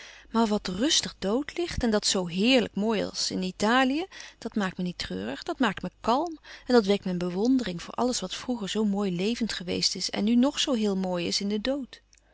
maar wat rustig dood ligt en dat zoo heerlijk mooi als in italië dat maakt me niet treurig dat maakt me kalm en dat wekt mijn bewondering voor alles wat vroeger zoo mooi levend geweest is en nu nog zoo heel mooi is in den dood